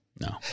No